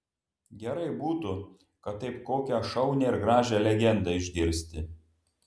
gerai būtų kad taip kokią šaunią ir gražią legendą išgirsti